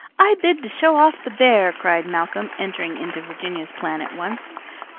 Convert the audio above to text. i bid to show off the bear, cried malcolm, entering into virginia's plan at once.